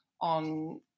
on